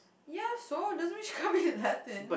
ya so doesn't mean she can't be Latin